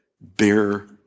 bear